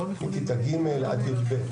מכיתה ג' עד י"ב.